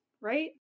right